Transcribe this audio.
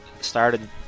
started